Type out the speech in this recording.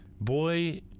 boy